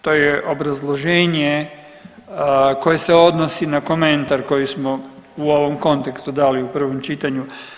To je obrazloženje koje se odnosi na komentar koji smo u ovom kontekstu dali u prvom čitanju.